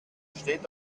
steht